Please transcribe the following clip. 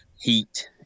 heat